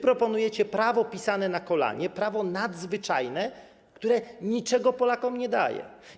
Proponujecie prawo pisane na kolanie, prawo nadzwyczajne, które niczego Polakom nie daje.